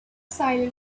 silent